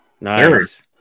Nice